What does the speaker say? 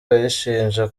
ayishinja